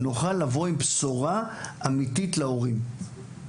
נוכל לבוא עם בשורה אמיתית להורים.